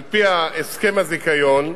על-פי הסכם הזיכיון,